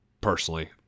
personally